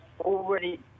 already